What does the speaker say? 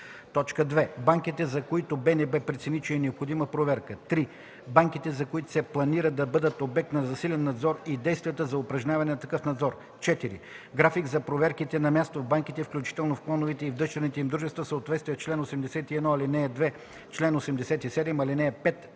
си; 2. банките, за които БНБ прецени, че е необходима проверка; 3. банките, за които се планира да бъдат обект на засилен надзор, и действията за упражняване на такъв надзор; 4. график на проверките на място в банките, включително в клоновете и в дъщерните им дружества, в съответствие с чл. 81, ал. 2, чл. 87, ал. 5